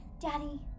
Daddy